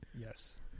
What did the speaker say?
yes